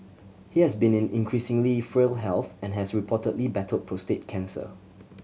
he has been in increasingly frail health and has reportedly battled prostate cancer